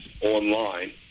online